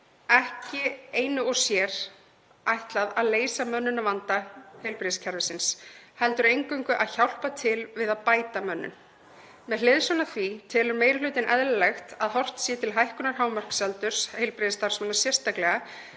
ekki einu og sér ætlað að leysa mönnunarvanda heilbrigðiskerfisins heldur eingöngu að hjálpa til við að bæta mönnun. Með hliðsjón af því telur meiri hlutinn eðlilegt að horft sé til hækkunar hámarksaldurs heilbrigðisstarfsmanna sérstaklega